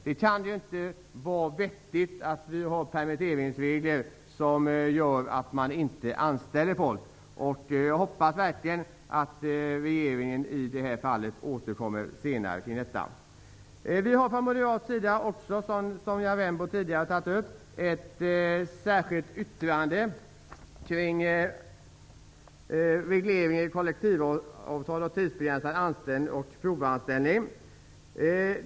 Det kan inte vara vettigt att ha permitteringsregler som gör att man inte anställer folk. Jag hoppas verkligen att regeringen i det här fallet återkommer. Som Sonja Rembo tidigare har tagit upp har vi från moderat håll också ett särskilt yttrande kring regleringen i kollektivavtal av tidsbegränsad anställning och provanställning.